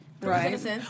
Right